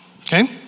okay